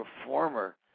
performer